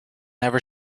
never